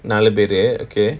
நாலு பேரு:naalu pearu okay